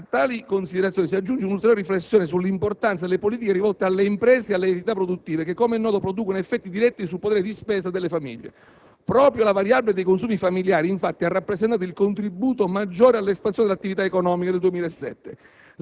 A tali considerazioni si aggiunga un'ulteriore riflessione sull'importanza delle politiche rivolte alle imprese e alle attività produttive, che come noto producono effetti diretti sul potere di spesa delle famiglie: proprio la variabile dei consumi familiari, infatti, ha rappresentato il contributo maggiore all'espansione dell'attività economica del 2007;